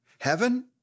Heaven